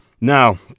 Now